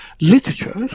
literature